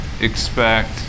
expect